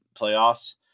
playoffs